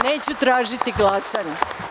Neću tražiti glasanje.